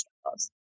struggles